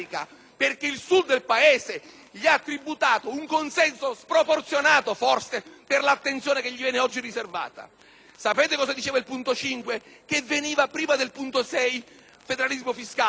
perché il Sud del Paese gli ha tributato un consenso forse sproporzionato per l'attenzione che gli viene oggi riservata. Sapete cosa era riportato nel punto 5, che veniva prima del punto 6, sul federalismo fiscale?